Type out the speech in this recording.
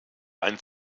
ein